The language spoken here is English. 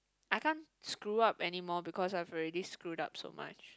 I can't screw up anymore because I've already screwed up so much